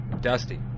Dusty